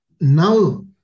now